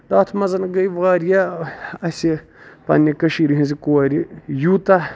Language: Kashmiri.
تَتھ منٛز گے واریاہ اَسہِ پَنٕنہِ کٔشیٖر ہِنزِ کورِ یوٗتاہ